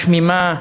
משמימה.